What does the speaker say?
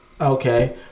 Okay